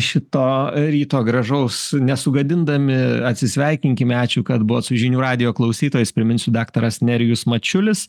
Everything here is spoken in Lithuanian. šito ryto gražaus nesugadindami atsisveikinkime ačiū kad buvot su žinių radijo klausytojais priminsiu daktaras nerijus mačiulis